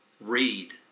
read